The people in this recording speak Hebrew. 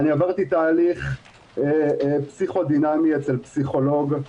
עברתי תהליך פסיכודינמי אצל פסיכולוג.